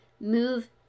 move